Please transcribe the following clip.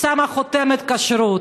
שמה חותמת כשרות.